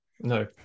No